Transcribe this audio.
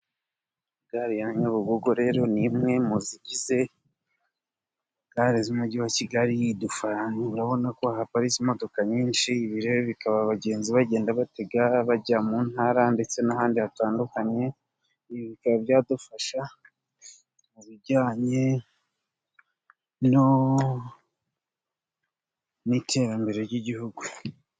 Gare ya nyabugogo rero ni imwe mu zigize gare z'umujyi wa Kigali， urabona ko haparitse imodoka nyinshi，ibi rero bikaba abagenzi bagenda batega bajya mu ntara， ndetse n'ahandi hatandukanye， ibi bikaba byadufasha mu bijyanye n'iterambere ry'igihugu.